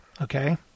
Okay